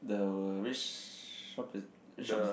the which shop is it which shop is it